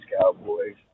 Cowboys